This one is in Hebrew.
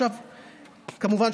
כמובן,